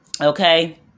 Okay